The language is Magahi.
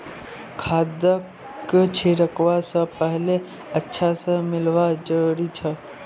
खादक छिड़कवा स पहले अच्छा स मिलव्वा जरूरी छ